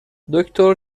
دکتر